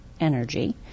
Energy